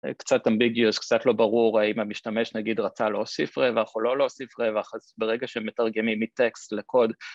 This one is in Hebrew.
קצת אמביגיוס, קצת לא ברור האם המשתמש נגיד רצה להוסיף רווח או לא להוסיף רווח, אז ברגע שהם מתרגמים מטקסט לקוד